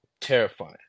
terrifying